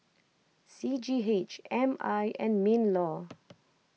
C G H M I and MinLaw